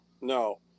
no